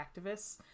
activists